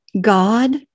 God